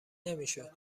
نمیشد